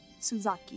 Suzaki